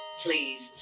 Please